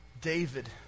David